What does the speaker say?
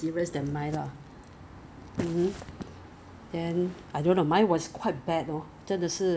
等下会不会改次出国 hor 我们的我们的 fingerprints scan 不到 leh 我们的我们的那个 tip 不见掉